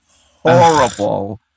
horrible